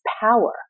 power